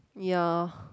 ya